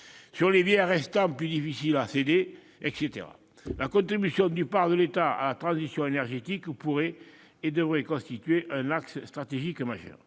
sur les biens restants, plus difficiles à céder, etc. La contribution du parc de l'État à la transition énergétique pourrait, et devrait, constituer un axe stratégique majeur.